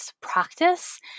practice